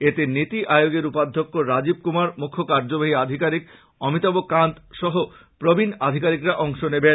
এতে নীতি আয়োগের উপাধ্যক্ষ রাজীব কুমার মুখ্য কার্যবাহী আধিকারীক অমিতাভ কান্ত ও অন্যান্য প্রবীন আধিকারীকরা অংশ নেবেন